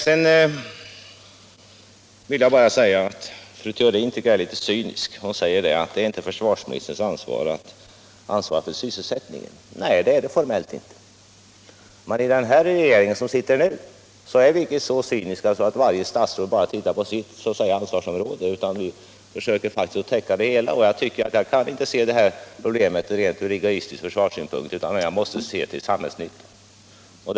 Sedan vill jag bara säga att jag tycker att fru Theorin är litet cynisk. Hon sade att försvarsministern inte ansvarar för sysselsättningen, och så är det ju formellt. Men i den här regeringen är vi inte så cyniska att varje statsråd bara ser på sitt ansvarsområde, utan vi försöker faktiskt täcka alla områden. Jag kan inte se det här problemet från rent egoistisk försvarssynpunkt utan måste också se till samhällsnyttan.